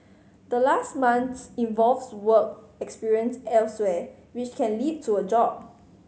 the last month involves work experience elsewhere which can lead to a job